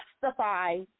justify